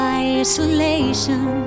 isolation